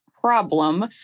problem